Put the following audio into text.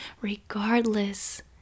Regardless